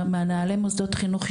מנהלי מוסדות חינוך,